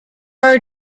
are